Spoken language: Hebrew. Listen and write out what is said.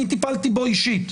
אני טיפלתי בו אישית.